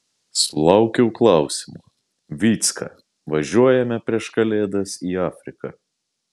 sulaukiau klausimo vycka važiuojame prieš kalėdas į afriką